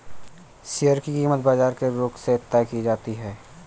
share की कीमत बाजार के रुख से तय की जाती है